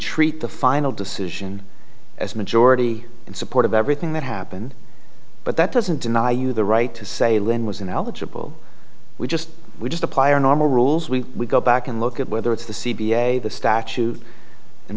treat the final decision as majority in support of everything that happened but that doesn't deny you the right to say lynn was ineligible we just we just apply our normal rules we go back and look at whether it's the c b s the statute and